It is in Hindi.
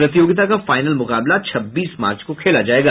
प्रतियोगिता का फाइनल मुकाबला छब्बीस मार्च को खेला जायेगा